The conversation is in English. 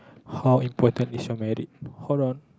how important is your married hold on